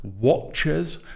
watchers